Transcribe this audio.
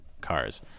cars